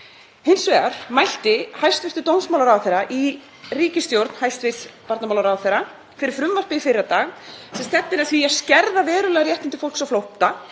Hins vegar mælti hæstv. dómsmálaráðherra í ríkisstjórn hæstv. barnamálaráðherra fyrir frumvarpi í fyrradag sem stefnir að því að skerða verulega réttindi fólks á flótta,